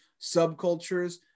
subcultures